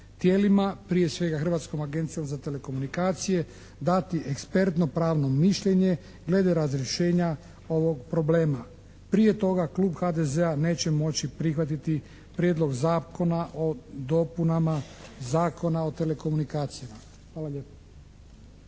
prije svega Hrvatskom agencijom za telekomunikacije dati ekspertno pravno mišljenje glede razrješenja ovog problema. Prije toga klub HDZ-a neće moći prihvatiti Prijedlog Zakona o dopunama Zakona o telekomunikacijama. Hvala lijepo.